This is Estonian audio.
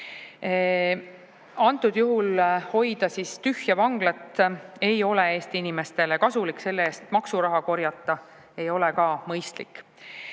Antud juhul hoida tühja vanglat ei ole Eesti inimestele kasulik, selle eest maksuraha korjata ei ole ka mõistlik. Nüüd,